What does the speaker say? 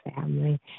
family